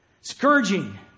Scourging